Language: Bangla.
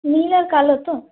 নীল আর কালো তো